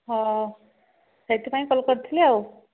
ହଁ ସେଥିପାଇଁ କଲ୍ କରିଥିଲି ଆଉ